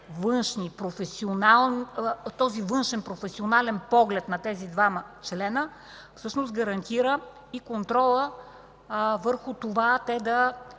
този външен професионален поглед на тези двама членове, всъщност гарантира и контрола върху това те да